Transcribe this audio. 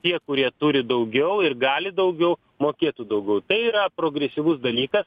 tie kurie turi daugiau ir gali daugiau mokėtų daugiau tai yra progresyvus dalykas